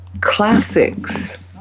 classics